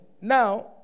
Now